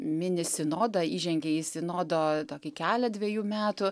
mini sinodą įžengė į sinodo tokį kelią dvejų metų